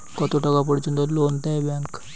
কত টাকা পর্যন্ত লোন দেয় ব্যাংক?